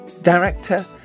director